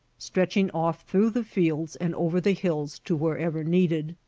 stretching off through the fields and over the hills to wherever needed.